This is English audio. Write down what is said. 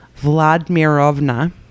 Vladmirovna